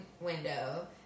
window